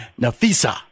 Nafisa